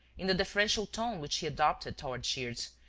in the deferential tone which he adopted toward shears,